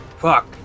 fuck